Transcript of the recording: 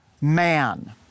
man